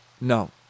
no